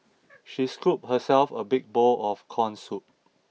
she scooped herself a big bowl of corn soup